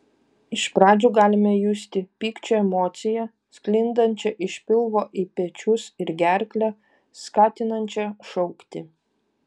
iš pradžių galime justi pykčio emociją sklindančią iš pilvo į pečius ir gerklę skatinančią šaukti